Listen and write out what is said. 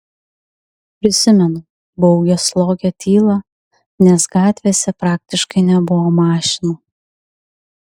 prisimenu baugią slogią tylą nes gatvėse praktiškai nebuvo mašinų